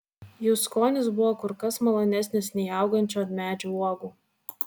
jų skonis buvo kur kas malonesnis nei augančių ant medžių uogų